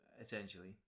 essentially